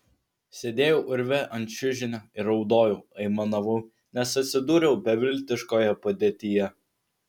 sėdėjau urve ant čiužinio ir raudojau aimanavau nes atsidūriau beviltiškoje padėtyje